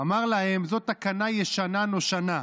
אמר להם: זו תקנה ישנה נושנה,